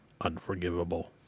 unforgivable